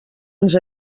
ens